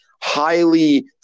highly